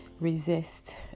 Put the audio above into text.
resist